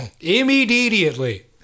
Immediately